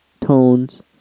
tones